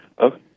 okay